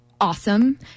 Awesome